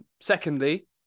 secondly